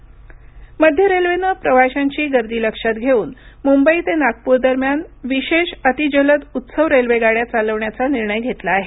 railway मध्य रेल्वेनं प्रवाशांची गर्दी लक्षात घेऊन मुंबई ते नागुपर दरम्यान विशेष अति जलद उत्सव रेल्वे गाड्या चालवण्याचा निर्णय घेतला आहे